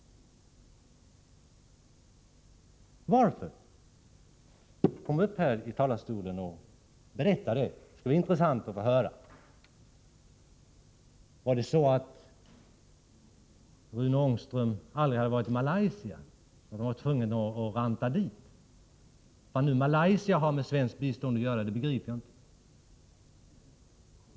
Varför? Kom uppi talarstolen och berätta det — det skall bli intressant att få höra. Hade Rune Ångström aldrig varit i Malaysia och var tvungen att åka dit? Vad Malaysia har med svenskt bistånd att göra begriper jag inte.